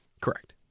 Correct